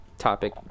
Topic